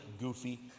goofy